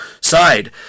side